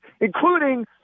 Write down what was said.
including